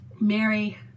Mary